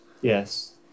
yes